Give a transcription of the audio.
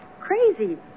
Crazy